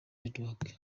network